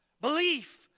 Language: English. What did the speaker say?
Belief